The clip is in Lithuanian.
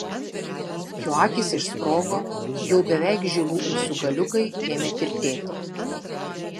jo akys išsprogo jau beveik žilų ūsų galiukai ėmė tirtėti